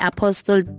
Apostle